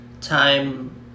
Time